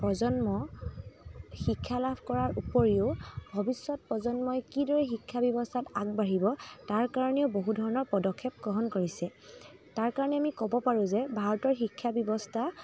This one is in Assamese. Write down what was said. প্ৰজন্ম শিক্ষা লাভ কৰাৰ উপৰিও ভৱিষ্যত প্ৰজন্মই কিদৰে শিক্ষাব্যৱস্থাত আগবাঢ়িব তাৰ কাৰণে বহু ধৰণৰ পদক্ষেপ গ্ৰহণ কৰিছে তাৰ কাৰণে আমি ক'ব পাৰোঁ যে ভাৰতৰ শিক্ষাব্যৱস্থা